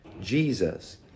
Jesus